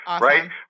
right